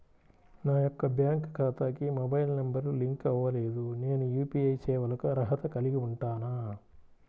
నా యొక్క బ్యాంక్ ఖాతాకి మొబైల్ నంబర్ లింక్ అవ్వలేదు నేను యూ.పీ.ఐ సేవలకు అర్హత కలిగి ఉంటానా?